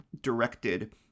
directed